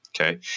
Okay